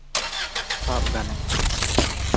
ᱥᱟᱵ ᱜᱟᱱᱚᱜᱼᱟ